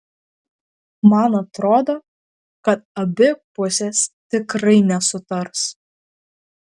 man atrodo kad abi pusės tikrai nesutars